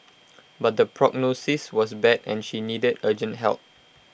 but the prognosis was bad and she needed urgent help